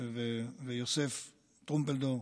יוסף טרומפלדור,